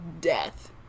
death